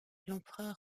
l’empereur